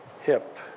hip